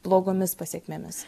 blogomis pasekmėmis